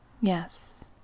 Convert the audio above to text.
Yes